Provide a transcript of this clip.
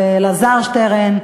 ואלעזר שטרן,